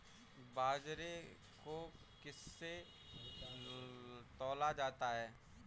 बाजरे को किससे तौला जाता है बताएँ?